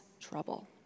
trouble